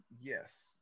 yes